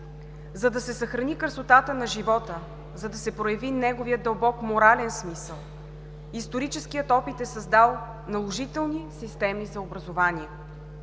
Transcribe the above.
За да се съхрани красотата на живота, за да се прояви неговият дълбок морален смисъл, историческият опит е създал наложителни системи за образование.